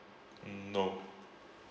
mm no